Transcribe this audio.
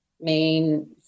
main